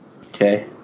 Okay